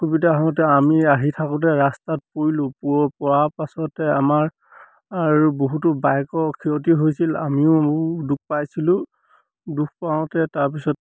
অসুবিধা হওঁতে আমি আহি থাকোঁতে ৰাস্তাত পৰিলোঁ পৰাৰ পাছতে আমাৰ আৰু বহুতো বাইকৰ ক্ষতি হৈছিল আমিও দুখ পাইছিলোঁ দুখ পাওঁতে তাৰপিছত